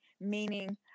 Meaning